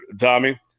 Tommy